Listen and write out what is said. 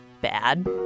bad